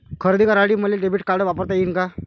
खरेदी करासाठी मले डेबिट कार्ड वापरता येईन का?